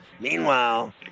Meanwhile